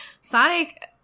Sonic